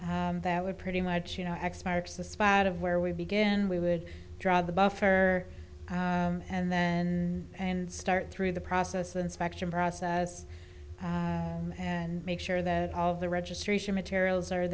that would pretty much you know x marks the spot of where we begin we would draw the buffer and then and start through the process inspection process and make sure that all the registration materials are